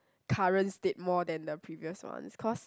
current state more than the previous one cause